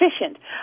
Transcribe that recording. efficient